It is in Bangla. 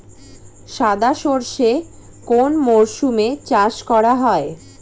সাদা সর্ষে কোন মরশুমে চাষ করা হয়?